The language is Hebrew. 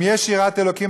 אם יש יראת אלוקים,